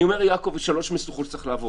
יעקב, יש שלוש משוכות שצריך לעבור.